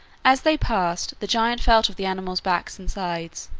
as they passed, the giant felt of the animals' backs and sides,